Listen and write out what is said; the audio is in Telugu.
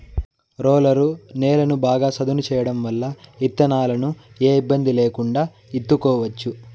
రోలరు నేలను బాగా సదును చేయడం వల్ల ఇత్తనాలను ఏ ఇబ్బంది లేకుండా ఇత్తుకోవచ్చు